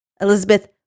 Elizabeth